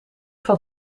van